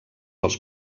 els